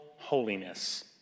holiness